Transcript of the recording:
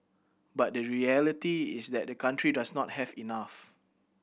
but the reality is that the country does not have enough